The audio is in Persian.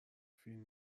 فین